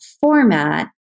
format